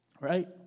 Right